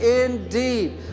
indeed